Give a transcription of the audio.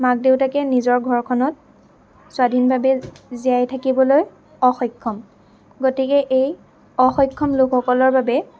মাক দেউতাকে নিজৰ ঘৰখনত স্বাধীনভাৱে জীয়াই থাকিবলৈ অসক্ষম গতিকে এই অসক্ষম লোকসকলৰ বাবে